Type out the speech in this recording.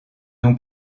non